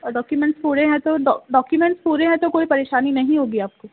اور ڈاکیومنٹس پورے ہیں تو ڈاکیومنٹس پورے ہیں تو کوئی پریشانی نہیں ہوگی آپ کو